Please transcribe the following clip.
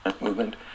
movement